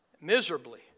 miserably